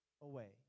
away